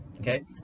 okay